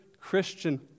christian